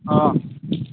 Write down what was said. ହଁ